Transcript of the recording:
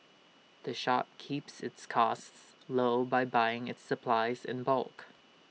the shop keeps its costs low by buying its supplies in bulk